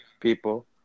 people